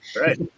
Right